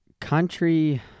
Country